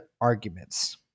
arguments